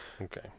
Okay